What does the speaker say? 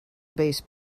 base